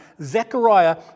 Zechariah